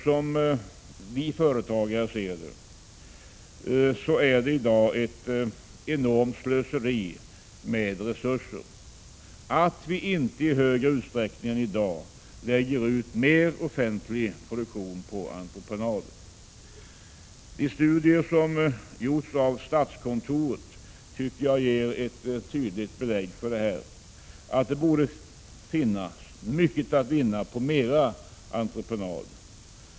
Som vi företagare ser det är det ett enormt slöseri med resurser att vi inte i högre utsträckning än i dag lägger ut offentlig produktion på entreprenad. De studier som gjorts av statskontoret tycker jag ger tydligt belägg för uppfattningen att det borde finnas mycket att vinna på mer entreprenad.